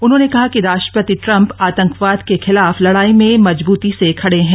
उन्होंने कहा कि राष्ट्रपति ट्रम्प आतंकवाद के खिलाफ लड़ाई में मजबूती से खड़े हैं